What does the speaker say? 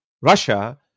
russia